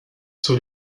sur